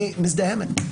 היא מזדהמת.